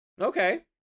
Okay